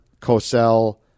Cosell